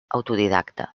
autodidacta